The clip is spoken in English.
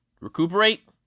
recuperate